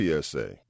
PSA